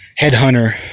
headhunter